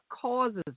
causes